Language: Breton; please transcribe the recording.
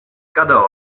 kador